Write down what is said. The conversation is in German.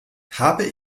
habe